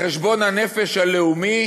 לחשבון הנפש הלאומי,